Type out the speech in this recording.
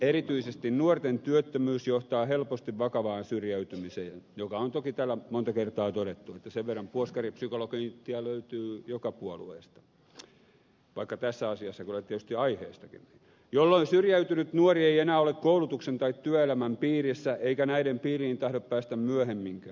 erityisesti nuorten työttömyys johtaa helposti vakavaan syrjäytymiseen mikä on toki täällä monta kertaa todettu niin että sen verran puoskaripsykologeja löytyy joka puolueesta vaikka tässä asiassa kyllä tietysti aiheestakin jolloin syrjäytynyt nuori ei enää ole koulutuksen tai työelämän piirissä eikä näiden piiriin tahdo päästä myöhemminkään